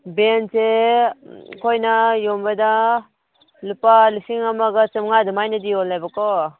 ꯚꯦꯟꯁꯁꯦ ꯑꯩꯈꯣꯏꯅ ꯌꯣꯟꯕꯗ ꯂꯨꯄꯥ ꯂꯤꯁꯤꯡ ꯑꯃꯒ ꯆꯃꯉꯥ ꯑꯗꯨꯃꯥꯏꯅꯗꯤ ꯌꯣꯜꯂꯦꯕꯀꯣ